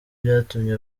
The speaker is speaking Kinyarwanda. byatumye